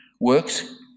works